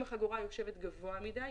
אם החגורה יושבת גבוה מדי,